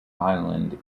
island